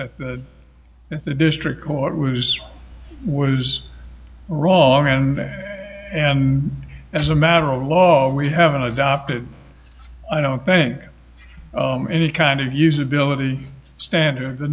that the district court was was wrong and and as a matter of law we haven't adopted i don't think any kind of usability standard the